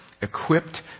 equipped